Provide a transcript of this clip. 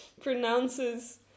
pronounces